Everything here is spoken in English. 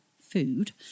food